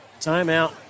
Timeout